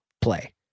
play